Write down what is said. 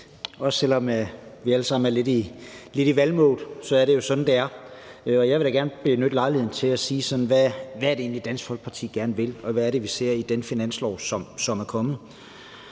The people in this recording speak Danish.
og selv om vi alle er lidt i valgmode, er det jo sådan, det er. Jeg vil da gerne benytte lejligheden til at sige, hvad Dansk Folkeparti gerne vil, og hvad vi ser i det forslag til finanslov, der er kommet.